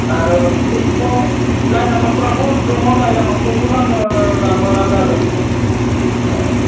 आरो ओरैनथ' लाय लाफाफोराबो दङ लाइ लाफाखौबो नोङो लांब्ला लांजागोन